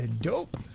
dope